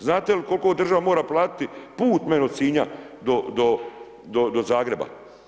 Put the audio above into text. Znate li koliko država mora platiti put meni od Sinja do Zagreba?